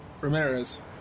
Ramirez